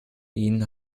ihnen